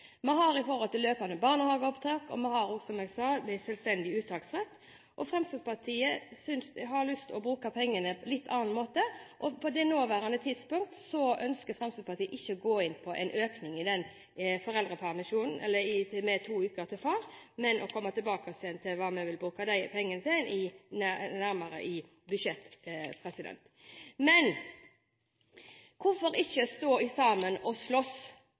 å bruke pengene på en litt annen måte, og på det nåværende tidspunkt ønsker ikke Fremskrittspartiet å gå inn på en økning i foreldrepermisjonen med to uker til far, men å komme tilbake og se nærmere på hva vi vil bruke de pengene til, i budsjettet. Men hvorfor ikke stå sammen og slåss